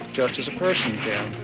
just as a person can.